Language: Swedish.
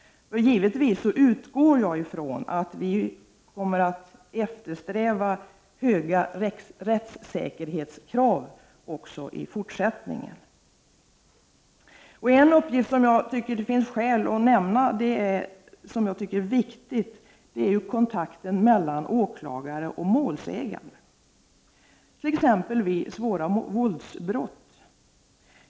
Givetvis utgår jag från att vi kommer att eftersträva höga rättssäkerhetskrav också i fortsättningen. En uppgift som jag tycker att det finns skäl att nämna och som jag anser vara viktig är kontakten mellan åklagare och målsägande. Denna kontakt är viktig t.ex. i samband med svåra våldsbrott.